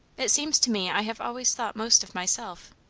it seems to me i have always thought most of myself.